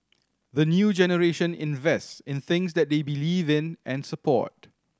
the new generation invest in things that they believe in and support